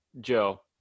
Joe